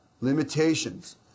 limitations